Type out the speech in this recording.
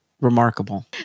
remarkable